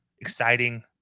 exciting